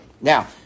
Now